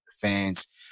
Fans